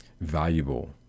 valuable